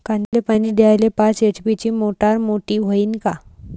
कांद्याले पानी द्याले पाच एच.पी ची मोटार मोटी व्हईन का?